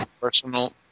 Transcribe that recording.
personal